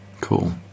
Cool